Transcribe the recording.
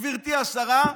גברתי השרה,